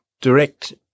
direct